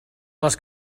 les